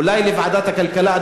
אולי לוועדת הכלכלה,